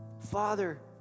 Father